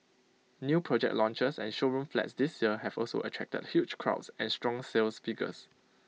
new project launches and showroom flats this year have also attracted huge crowds and strong sales figures